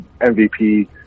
MVP